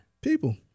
People